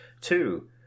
Two